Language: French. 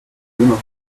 demain